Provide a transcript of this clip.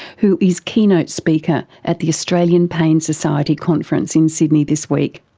who is keynote speaker at the australian pain society conference in sydney this week.